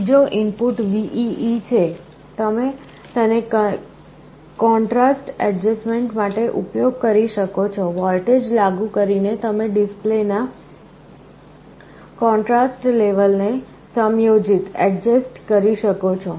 ત્રીજો input VEE છે તેને તમે કૉન્ટ્રાસ્ટ ઍડજસ્ટમેન્ટ માટે ઉપયોગ કરી શકો છો વોલ્ટેજ લાગુ કરીને તમે ડિસ્પ્લેના કૉન્ટ્રાસ્ટ લેવલ ને સમાયોજિત કરી શકો છો